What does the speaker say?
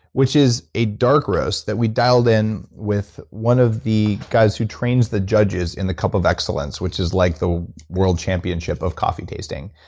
which is a dark roast that we dialed in with one of the guys who trains the judges in the cup of excellence, which is like the world championship of coffee tasting,